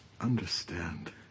understand